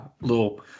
little